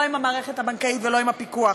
לא עם המערכת הבנקאית ולא עם הפיקוח.